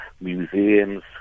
museums